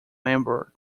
member